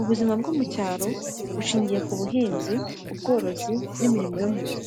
Ubuzima bwo mu cyaro bushingiye ku buhinzi, ubworozi n’imirimo yo mu rugo.